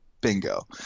Bingo